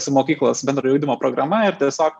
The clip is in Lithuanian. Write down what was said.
su mokyklos bendrojo ugdymo programa ir tiesiog